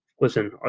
listen